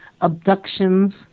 abductions